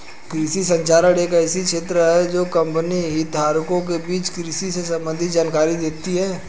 कृषि संचार एक ऐसा क्षेत्र है जो कृषि हितधारकों के बीच कृषि से संबंधित जानकारी देता है